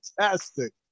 fantastic